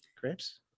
Grapes